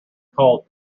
called